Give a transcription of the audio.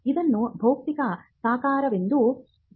ಇದನ್ನು ಭೌತಿಕ ಸಾಕಾರವೆಂದು ತಿಳಿಯಬಹುದು